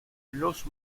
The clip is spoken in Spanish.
los